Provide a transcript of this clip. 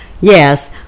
Yes